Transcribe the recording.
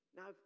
Now